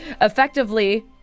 effectively